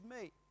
meet